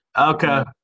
okay